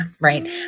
right